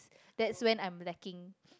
that's when I'm lacking